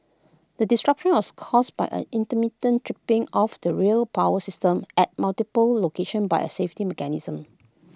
the disruption was caused by A intermittent tripping of the rail power system at multiple location by A safety mechanism